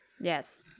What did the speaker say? yes